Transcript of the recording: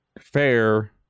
fair